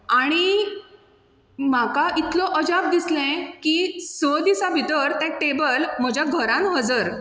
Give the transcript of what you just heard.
आनी म्हाका इतलो अजाब दिसलें की स दिसां भितर तें टेबल म्हज्या घरांत हजर